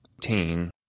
teen